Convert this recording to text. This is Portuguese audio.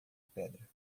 pedra